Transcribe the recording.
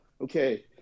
okay